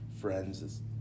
friends